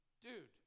Dude